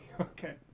okay